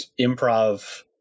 improv